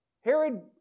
Herod